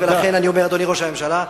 לכן אני אומר, אדוני ראש הממשלה,